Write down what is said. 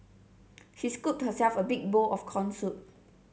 she scooped herself a big bowl of corn soup